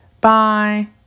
Bye